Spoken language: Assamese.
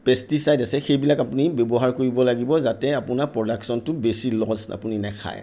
পেষ্টিছাইড আছে সেইবিলাক আপুনি ব্যৱহাৰ কৰিব লাগিব যাতে আপোনাৰ প্ৰডাকশ্যনটো বেছি লছ আপুনি নাখায়